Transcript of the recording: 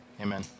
Amen